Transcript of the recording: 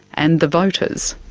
and the voters.